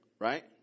Right